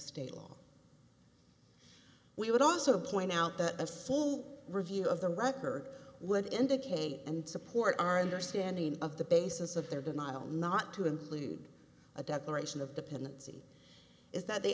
law we would also point out that a full review of the record would indicate and support our understanding of the basis of their denial not to include a declaration of dependency is th